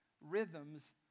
rhythms